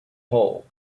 hole